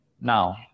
Now